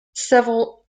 several